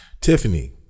Tiffany